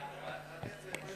חוק